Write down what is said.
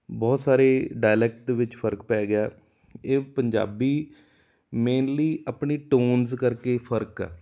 ਬਹੁਤ ਸਾਰੇ ਡਾਇਲੈਕਟ ਦੇ ਵਿੱਚ ਫ਼ਰਕ ਪੈ ਗਿਆ ਇਹ ਪੰਜਾਬੀ ਮੇਨਲੀ ਆਪਣੀ ਟੋਨਜ਼ ਕਰਕੇ ਫ਼ਰਕ ਆ